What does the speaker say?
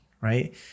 right